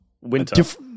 Winter